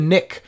Nick